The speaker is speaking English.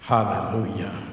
Hallelujah